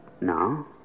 No